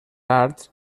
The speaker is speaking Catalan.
arts